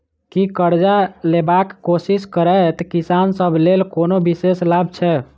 की करजा लेबाक कोशिश करैत किसान सब लेल कोनो विशेष लाभ छै?